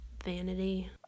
vanity